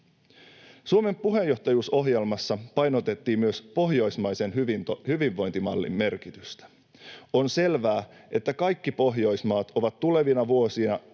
Suomen puheenjohtajuusohjelmassa painotettiin myös pohjoismaisen hyvinvointimallin merkitystä. On selvää, että kaikki Pohjoismaat ovat tulevina vuosina